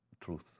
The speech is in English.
truth